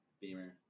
beamer